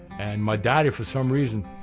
and my daddy, for some reason,